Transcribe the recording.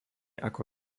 ako